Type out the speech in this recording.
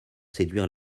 séduire